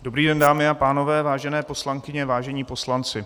Dobrý den, dámy a pánové, vážené poslankyně, vážení poslanci.